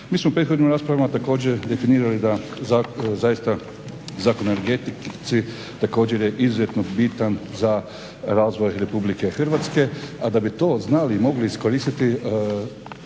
Mi smo u prethodnim raspravama također definirali da zaista Zakon o energetici također je izuzetno bitan za razvoj RH, a da bi to znali i mogli iskoristiti